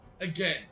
again